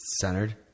centered